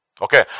Okay